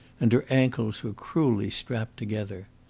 and her ankles were cruelly strapped together.